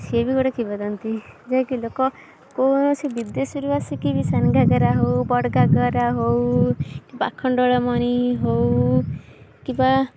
ସିଏ ବି ଗୋଟେ କିମ୍ବଦନ୍ତୀ ଯାହାକି ଲୋକ କୌଣସି ବିଦେଶରୁ ଆସିକି ବି ସାନ ଘାଗରା ହଉ କି ବଡ଼ ଘାଗରା ହଉ କିମ୍ବା ଆଖଣ୍ଡଳମଣି ହଉ କିମ୍ବା